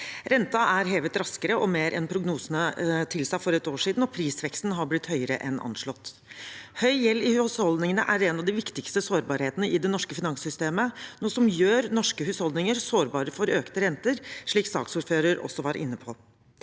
Renten er hevet raskere og mer enn prognosene tilsa for et år siden, og prisveksten har blitt høyere enn anslått. Høy gjeld i husholdningene er en av de viktigste sårbarhetene i det norske finanssystemet, noe som gjør norske husholdninger sårbare for økte renter, slik saksordføreren også var inne på.